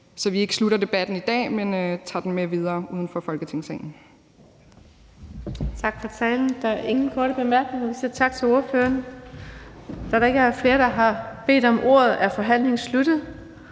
så vi ikke slutter debatten i dag, men tager den med videre uden for Folketingssalen.